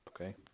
okay